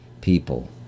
people